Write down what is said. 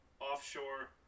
Offshore